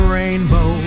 rainbow